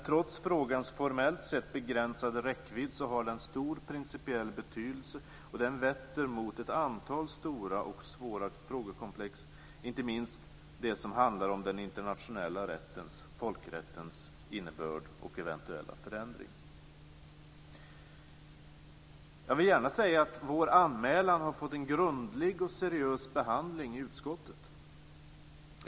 Trots frågans formellt sett begränsade räckvidd har den stor principiell betydelse. Den vetter mot ett antal stora och svåra frågekomplex, inte minst det som handlar om den internationella rättens, folkrättens, innebörd och eventuella förändring. Jag vill gärna säga att vår anmälan har fått en grundlig och seriös behandling i utskottet.